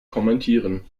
kommentieren